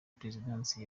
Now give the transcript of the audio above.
perezidansi